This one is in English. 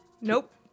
Nope